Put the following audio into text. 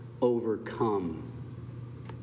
overcome